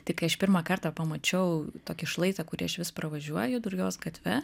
tai kai aš pirmą kartą pamačiau tokį šlaitą kurį aš vis pravažiuoju drujos gatve